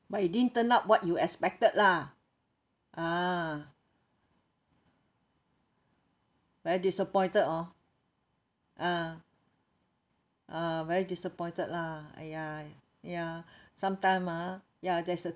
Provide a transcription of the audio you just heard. but it didn't turn up what you expected lah ah very disappointed orh ah ah very disappointed lah !aiya! yeah sometime ah ya there's a